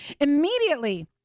Immediately